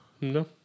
no